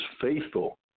faithful